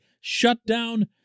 shutdown